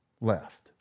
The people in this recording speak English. left